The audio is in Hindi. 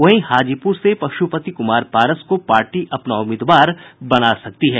वहीं हाजीपुर से पशुपति कुमार पारस को पार्टी अपना उम्मीदवार बना सकती है